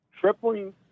tripling